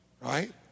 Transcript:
right